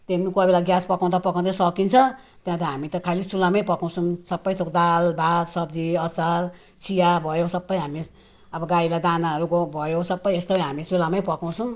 त्यो कोही बेला ग्यास पकाउँदा पकाउँदै सकिन्छ त्यहाँ त हामी त खाली चुल्हामै पकाउँछौँ सबै थोक दाल भात सब्जी अचार चिया भयो सबै हामी अब गाईलाई दानाहरूको भयो सबै यस्तै हामी चुल्हामै पकाउँछौँ